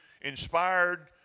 inspired